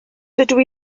dydw